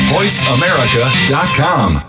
VoiceAmerica.com